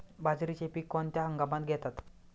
बाजरीचे पीक कोणत्या हंगामात घेतात?